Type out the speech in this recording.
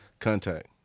contact